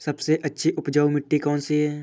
सबसे अच्छी उपजाऊ मिट्टी कौन सी है?